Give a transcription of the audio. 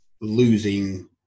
losing